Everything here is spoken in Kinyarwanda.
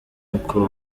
uko